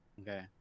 Okay